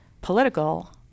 political